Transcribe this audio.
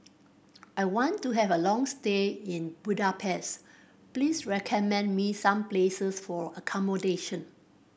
I want to have a long stay in Budapest please recommend me some places for accommodation